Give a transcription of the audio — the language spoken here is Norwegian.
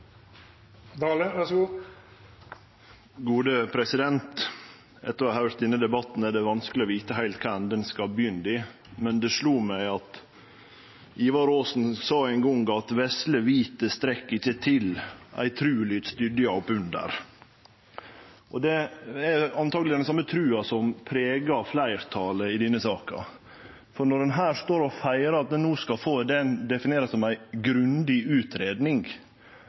vanskeleg å vite heilt kva ende ein skal begynne i, men det slo meg det Ivar Aasen ein gong har skrive: «Nei, vesle vitet det rekk ikkje til, ei tru må stydja oppunder.» Det er antakeleg den same trua som pregar fleirtalet i denne saka når ein her står og feirar at ein skal få det ein definerer som ei grundig